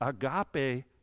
agape